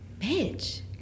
bitch